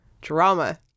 drama